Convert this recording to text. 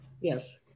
yes